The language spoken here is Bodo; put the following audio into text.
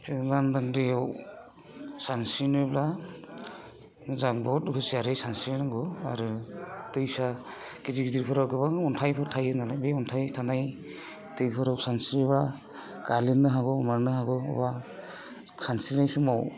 जों लांदां दैयाव सानस्रिनोब्ला जा बहुद हुसियारि सानस्रि रोंगौ आरो दैसा गिदिर गिदिरफोराव गोबां अनथाइफोर थायोनालाय बे अनथाइ थानाय दैफोराव सानस्रियोब्ला गारलिननो हागौ मानो हागौ अबावबा सानस्रिनाय समाव